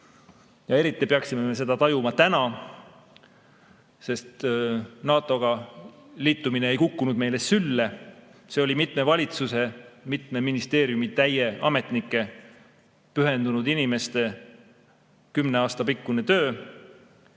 Ja eriti peaksime me seda tajuma täna, sest NATO-ga liitumine ei kukkunud meile sülle. See oli mitme valitsuse, mitme ministeeriumitäie ametnike, pühendunud inimeste kümne aasta pikkune töö.